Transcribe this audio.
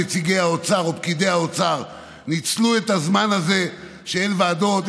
נציגי האוצר או פקידי האוצר ניצלו את הזמן הזה שאין ועדות,